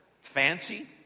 fancy